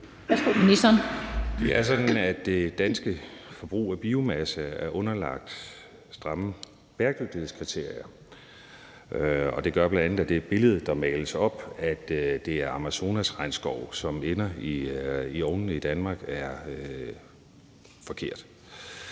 Det er sådan, at det danske forbrug af biomasse er underlagt stramme bæredygtighedskriterier, og det gør bl.a., at det billede, der males op, om, at det er Amazonas' regnskov, som ender i ovnene i Danmark, er forkert.